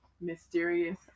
Mysterious